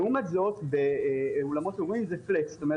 לעומת זאת באולמות אירועים זה פלאט כלומר